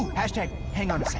hashtag hang on